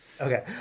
Okay